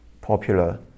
popular